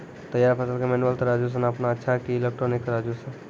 तैयार फसल के मेनुअल तराजु से नापना अच्छा कि इलेक्ट्रॉनिक तराजु से?